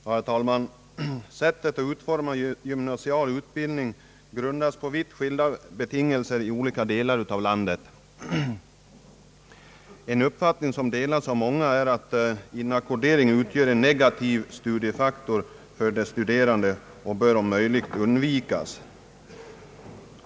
Herr talman! Sättet att utforma gymnasial utbildning grundas på vitt skilda betingelser i olika delar av landet. En uppfattning som delas av många är att inackordering utgör en negativ studiefaktor för de studerande och bör om möjligt undvikas.